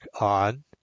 on